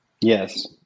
Yes